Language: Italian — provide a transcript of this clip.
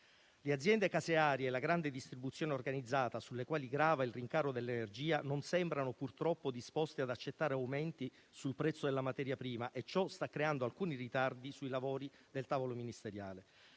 Le aziende casearie e la grande distribuzione organizzata sulle quali grava il rincaro dell'energia non sembrano purtroppo disposte ad accettare aumenti sul prezzo della materia prima e ciò sta creando alcuni ritardi sui lavori del tavolo ministeriale.